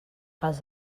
els